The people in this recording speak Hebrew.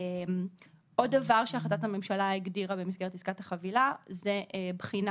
עוד דבר שהחלטת הממשלה הגדירה במסגרת עסקת החבילה זה בחינה